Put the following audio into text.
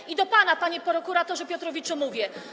I do pana, panie prokuratorze Piotrowiczu, mówię.